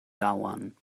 dauern